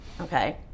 Okay